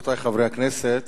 רבותי חברי הכנסת,